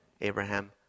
Abraham